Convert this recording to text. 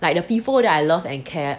like the people that I love and care